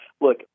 Look